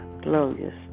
glorious